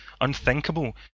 unthinkable